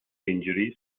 injuries